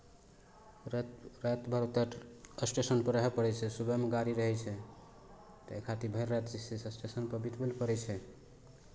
राति राति भर ओतय स्टेशनपर रहय पड़ै छै सुबहमे गाड़ी रहै छै ताहि खातिर भरि राति जे छै से स्टेशनपर बितबै लए पड़ै छै